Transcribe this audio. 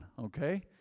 okay